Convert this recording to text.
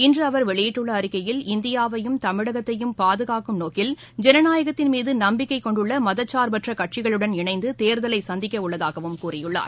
இன்றுஅவர் வெளியிட்டுள்ளஅறிக்கையில் இந்தியாவையும் தமிழகத்தையும் பாதுகாக்கும் நோக்கில் ஜனநாயகத்தின் மீதும்பிக்கைகொண்டுள்ளமதசார்பற்கட்சிகளுடன் இனைந்ததேர்தலைசந்திக்கஉள்ளதாகவும் கூறியுள்ளார்